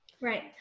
Right